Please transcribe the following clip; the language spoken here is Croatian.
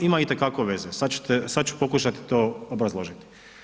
Ima itekako veze, sad ću pokušati to obrazložiti.